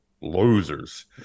Losers